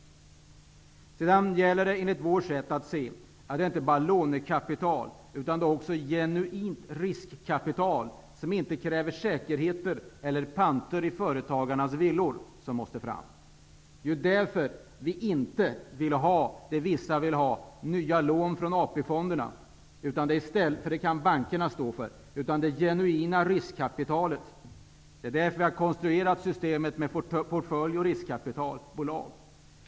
Enligt vårt sätt att se gäller det att se till att det inte enbart finns lånekapital utan också genuint riskkapital, som inte kräver säkerhet eller panter i företagarnas villor. Därför vill vi inte ha nya lån från AP-fonderna, vilket vissa vill ha. Det kan bankerna stå för. Vi vill ha ett genuint riskkapital. Därför har vi konstruerat ett system med portföljoch riskkapitalbolag.